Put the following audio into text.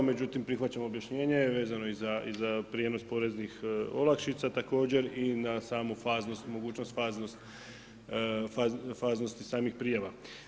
Međutim, prihvaćamo objašnjenje vezano i za prijenos poreznih olakšica, također i na samu mogućnost faznosti samih prijava.